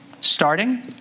starting